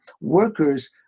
Workers